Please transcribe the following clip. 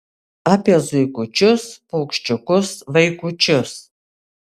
apie zuikučius paukščiukus vaikučius